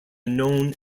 known